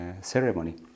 ceremony